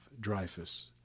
Dreyfus